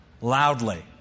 loudly